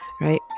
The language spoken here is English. right